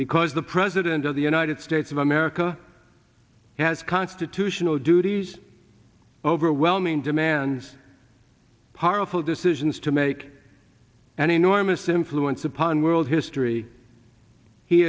because the president of the united states of america has constitutional duties overwhelming demands powerful decisions to make an enormous influence upon world history he